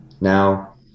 Now